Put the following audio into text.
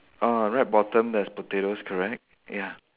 ah right bottom there's potatoes correct ya